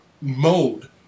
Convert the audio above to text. mode